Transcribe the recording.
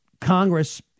Congress